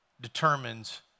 determines